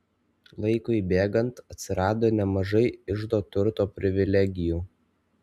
laikui bėgant atsirado nemažai iždo turto privilegijų